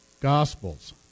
Gospels